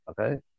okay